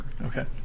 Okay